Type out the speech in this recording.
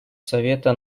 совета